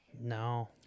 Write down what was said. No